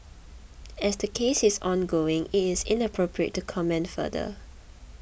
as the case is ongoing it is inappropriate to comment further